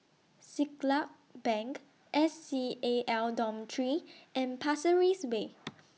Siglap Bank S C A L Dormitory and Pasir Ris Way